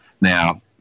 Now